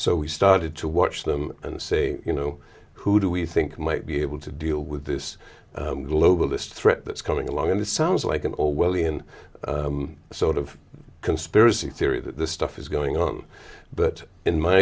so we started to watch them and say you know who do we think might be able to deal with this global this threat that's coming along and it sounds like an orwellian sort of conspiracy theory that the stuff is going on but in my